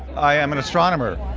i am an astronomer.